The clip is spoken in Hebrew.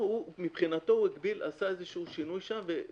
מבחינתו הוא עשה שינוי שם.